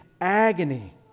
agony